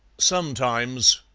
sometimes,